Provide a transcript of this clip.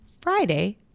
Friday